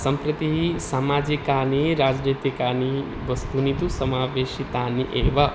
सम्प्रति सामाजिकानि राजनीतिकानि वस्तूनि तु समावेशितानि एव